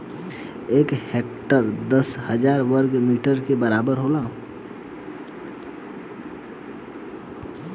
एक हेक्टेयर दस हजार वर्ग मीटर के बराबर होला